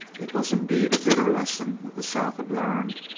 it was indeed a bitter lesson that the south had learned,